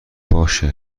باشه